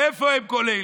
איפה הן, כל אלה?